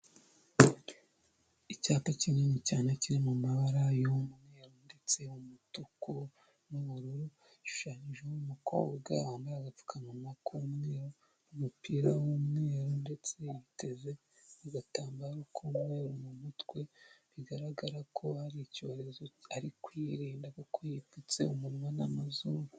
Icyapa kinini cyane kiri mu mabara y'umweru ndetse umutuku n'ubururu, gishushanyijeho umukobwa wambaye agapfukamunwa k'umweru, umupira w'umweru ndetse yiteze agatambaro k'umweru mu mutwe, bigaragara ko hari icyorezo ari kwirinda kuko yipfutse umunwa n'amazuru.